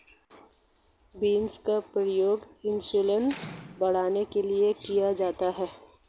beans का प्रयोग insulin बढ़ाने के लिए किया जाता है